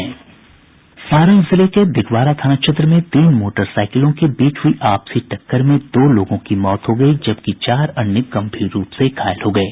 सारण जिले के दिघवारा थाना क्षेत्र में तीन मोटरसाईकिलों के बीच हुई आपसी टक्कर में दो लोगों की मौत हो गयी जबकि चार अन्य गंभीर रूप से घायल हो गये